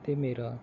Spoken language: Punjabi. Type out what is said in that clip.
ਅਤੇ ਮੇਰਾ